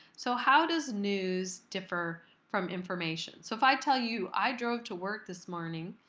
so how does news differ from information? so if i tell you i drove to work this morning,